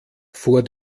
vor